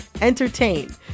entertain